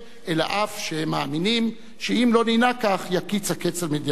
אלא אף שהם מאמינים שאם לא ננהג כך יקיץ הקץ על מדינת ישראל.